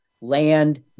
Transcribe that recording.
land